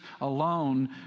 alone